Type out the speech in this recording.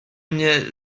mnie